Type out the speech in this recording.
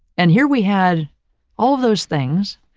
and here we had all those things.